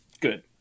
good